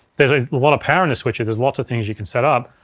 there's a lot of power in a switcher, there's lots of things you can set up.